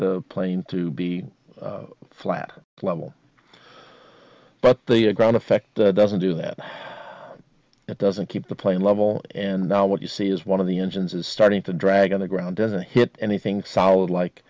the plane to be flat level but the ground effect doesn't do that it doesn't keep the plane level and now what you see is one of the engines is starting to drag on the ground doesn't hit anything solid like